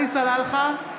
(קוראת בשמות חברי הכנסת) עלי סלאלחה,